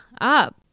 up